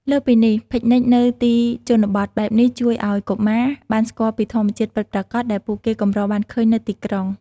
លើសពីនេះ ពិកនិចនៅទីជនបទបែបនេះជួយឲ្យកុមារបានស្គាល់ពីធម្មជាតិពិតប្រាកដដែលពួកគេកម្របានឃើញនៅទីក្រុង។